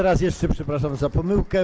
Raz jeszcze przepraszam za pomyłkę.